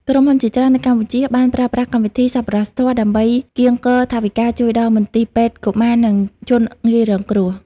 ក្រុមហ៊ុនជាច្រើននៅកម្ពុជាបានប្រើប្រាស់កម្មវិធី សប្បុរសធម៌ ដើម្បីកៀងគរថវិកាជួយដល់មន្ទីរពេទ្យកុមារ និងជនងាយរងគ្រោះ។